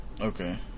Okay